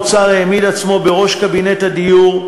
שר האוצר העמיד עצמו בראש קבינט הדיור,